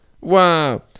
wow